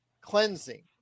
cleansing